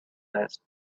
less